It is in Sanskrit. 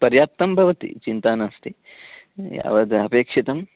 पर्याप्तं भवति चिन्ता नास्ति यावद् अपेक्षितम्